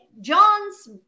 John's